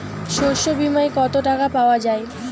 শস্য বিমায় কত টাকা পাওয়া যায়?